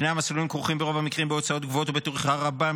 שני המסלולים כרוכים ברוב המקרים בהוצאות גבוהות ובטרחה רבה.